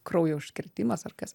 kraujo užkrėtimas ar kas